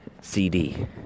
CD